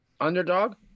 Underdog